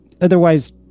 Otherwise